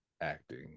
acting